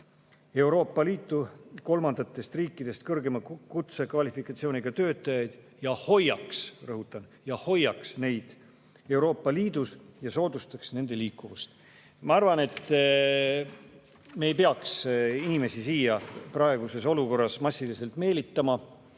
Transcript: Euroopa Liitu kolmandatest riikidest kõrge kutsekvalifikatsiooniga töötajaid ja hoiaks – rõhutan: ja hoiaks – neid Euroopa Liidus ja soodustaks nende liikuvust. Ma arvan, et me ei peaks inimesi praeguses olukorras siia massiliselt meelitama